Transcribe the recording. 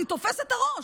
אני תופסת את הראש,